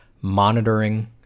monitoring